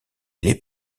les